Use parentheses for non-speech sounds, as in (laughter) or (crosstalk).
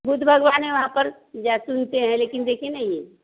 (unintelligible) भगवान है वहाँ पर जो सुनते हैं लेकिन देखे नहीं हैं